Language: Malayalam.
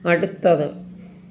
അടുത്തത്